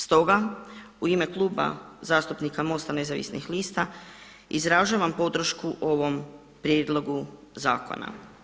Stoga, u ime Kluba zastupnika MOST-a Nezavisnih lista izražavam podršku ovom prijedlogu zakona.